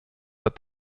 but